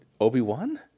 Obi-Wan